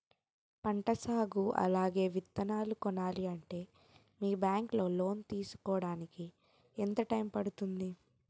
పంట సాగు అలాగే విత్తనాలు కొనాలి అంటే మీ బ్యాంక్ లో లోన్ తీసుకోడానికి ఎంత టైం పడుతుంది?